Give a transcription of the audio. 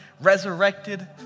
resurrected